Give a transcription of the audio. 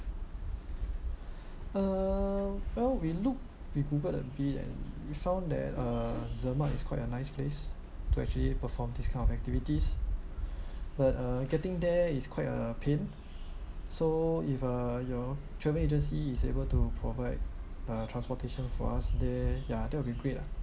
uh well we look we Googled a bit and we found that uh zermatt is quite a nice place to actually perform these kind of activities but uh getting there is quite uh pain so if uh your travel agency is able to provide the transportation for us there ya that will be great lah